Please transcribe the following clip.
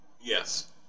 Yes